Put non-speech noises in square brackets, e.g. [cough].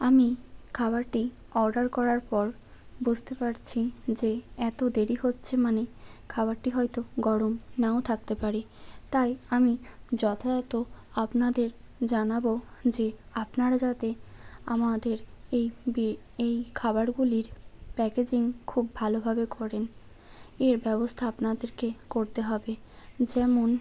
আমি খাবারটি অর্ডার করার পর বুঝতে পারছি যে এত দেরি হচ্ছে মানে খাবারটি হয়তো গরম নাও থাকতে পারে তাই আমি যথাযথ আপনাদের জানাব যে আপনারা যাতে আমাদের এই [unintelligible] এই খাবারগুলির প্যাকেজিং খুব ভালোভাবে করেন এর ব্যবস্থা আপনাদেরকে করতে হবে যেমন